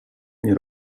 nie